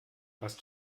warst